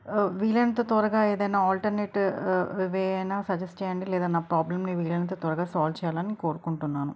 వీలైనంత త్వరగా ఏదైనా ఆల్టర్నేట్ వే అయినా సజెస్ట్ చేయండి లేదా నా ప్రాబ్లెంని వీలైనంత త్వరగా సాల్వ్ చేయాలి అని కోరుకుంటున్నాను